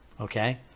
Okay